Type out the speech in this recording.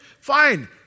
Fine